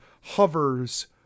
hovers